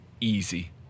easy